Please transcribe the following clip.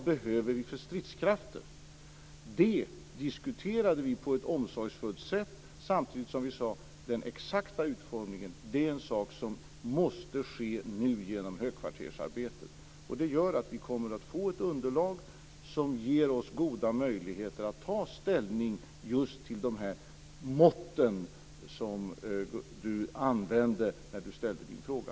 Vad behöver vi för stridskrafter? Det diskuterade vi på ett omsorgsfullt sätt samtidigt som vi sade att den exakta utformningen måste ske genom högkvartersarbetet. Detta gör att vi kommer att få ett underlag som ger oss goda möjligheter att ta ställning just till de mått som Rolf Gunnarsson använde när han ställde sin fråga.